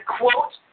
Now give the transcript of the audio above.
quote